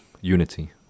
unity